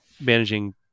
managing